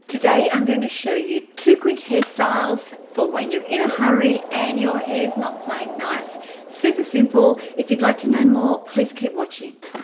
today i'm going to show you two quick hairstyles for when you're in a hurry and your hair is not playing nice super simple if you'd like to know more please keep watching